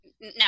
No